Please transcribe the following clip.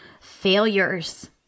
failures